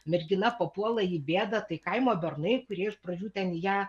mergina papuola į bėdą tai kaimo bernai kurie iš pradžių ten į ją